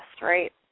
right